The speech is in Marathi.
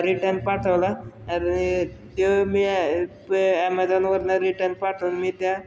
रिटर्न पाठवला आणि तो मी प ॲमेझॉनवरून रिटर्न पाठवून मी त्या